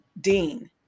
Dean